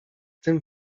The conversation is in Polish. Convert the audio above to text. tym